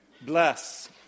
bless